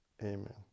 Amen